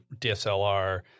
DSLR